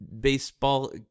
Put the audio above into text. baseball